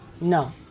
No